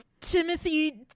timothy